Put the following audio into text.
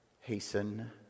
Hasten